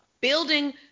Building